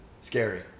Scary